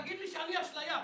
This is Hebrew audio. ותגיד לי שאני אשליה.